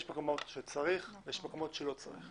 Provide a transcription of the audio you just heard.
יש מקומות שצריך ויש מקומות שלא צריך.